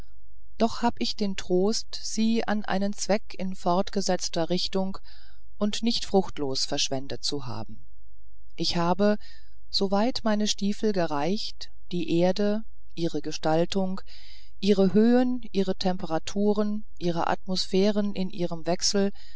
doch hab ich den trost sie an einen zweck in fortgesetzter richtung und nicht fruchtlos verwendet zu haben ich habe so weit meine stiefel gereicht die erde ihre gestaltung ihre höhen ihre temperatur ihre atmosphäre in ihrem wechsel